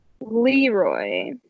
Leroy